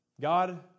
God